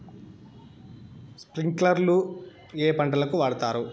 స్ప్రింక్లర్లు ఏ పంటలకు వాడుతారు?